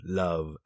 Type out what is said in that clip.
love